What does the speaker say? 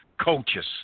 Coaches